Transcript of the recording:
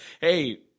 hey